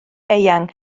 eang